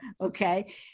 okay